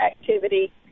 activity